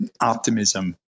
Optimism